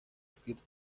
escrito